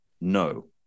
No